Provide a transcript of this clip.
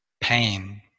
pain